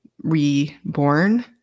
reborn